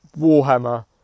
Warhammer